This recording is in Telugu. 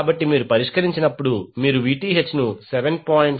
కాబట్టి మీరు పరిష్కరించినప్పుడు మీరు Vth ను 7